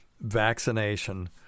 vaccination